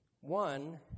One